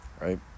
Right